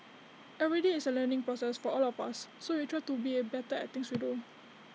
every day is A learning process for all of us so we try to be A better at things we do